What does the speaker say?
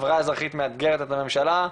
החברה האזרחית מאתגרת את הממשלה,